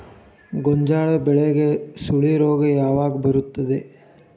ಗೋಂಜಾಳ ಬೆಳೆಗೆ ಸುಳಿ ರೋಗ ಯಾವಾಗ ಬರುತ್ತದೆ?